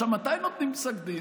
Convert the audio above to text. מתי נותנים פסק דין?